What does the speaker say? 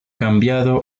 cambiado